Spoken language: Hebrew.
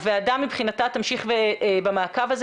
הוועדה מבחינתה תמשיך במעקב הזה.